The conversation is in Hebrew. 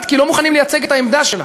כי לא מוכנים לייצג את העמדה שלה.